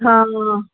हा